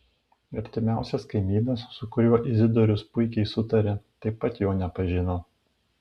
artimiausias kaimynas su kuriuo izidorius puikiai sutarė taip pat jo nepažino